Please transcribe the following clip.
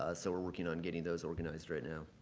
ah so we're working on getting those organized right now.